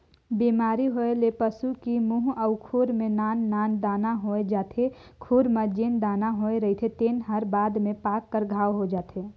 बेमारी होए ले पसू की मूंह अउ खूर में नान नान दाना होय जाथे, खूर म जेन दाना होए रहिथे तेन हर बाद में पाक कर घांव हो जाथे